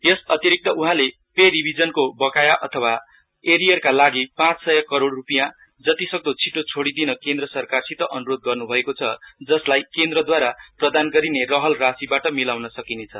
यस अतिरिक्त उहाँले पे रिभिजनको बकाया अथवा एरियरका लागि पाँच सय करोड़ रूपियाँ जतिसक्दो छिटो छोड़ी दिन केन्द्र सरकारसित अन्रोध गर्न्भएको छ जसलाई केन्द्रद्वारा प्रदान गरिने रहल राशिबाट मिलाउन सकिनेछ